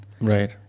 Right